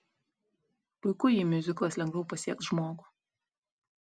puiku jei miuziklas lengviau pasieks žmogų